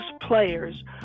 players